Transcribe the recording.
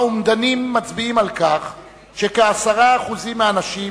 האומדנים מצביעים על כך שכ-10% מהנשים,